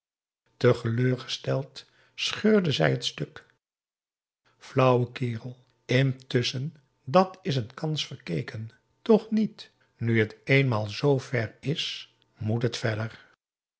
teleurgesteld scheurde zij het stuk flauwe kerel intusschen dat is een kans verkeken toch niet nu het eenmaal zver is moet het verder